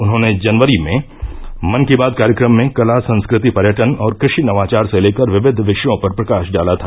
उन्होंने जनवरी मे मन की बात कार्यक्रम में कला संस्कृति पर्यटन और कृषि नवाचार से लेकर विविव विषयों पर प्रकाश डाला था